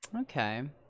Okay